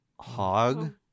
Hog